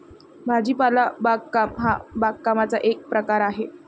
भाजीपाला बागकाम हा बागकामाचा एक प्रकार आहे